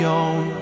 own